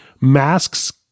masks